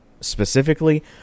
specifically